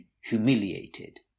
humiliated